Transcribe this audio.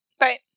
Right